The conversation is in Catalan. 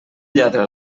lladra